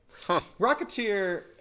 Rocketeer